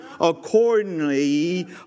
accordingly